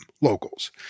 locals